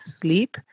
Sleep